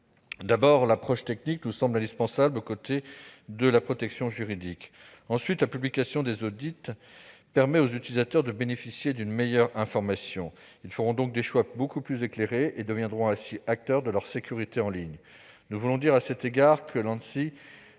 D'abord, l'approche technique nous semble indispensable aux côtés de la protection juridique. Ensuite, la publication des audits permet aux utilisateurs de bénéficier d'une meilleure information, afin qu'ils fassent des choix beaucoup plus éclairés, et qu'ils deviennent ainsi des acteurs de leur sécurité en ligne. Nous voulons dire à cet égard que l'Anssi